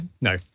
No